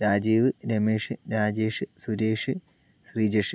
Rajeev Ramesh Rajesh Suresh Rijesh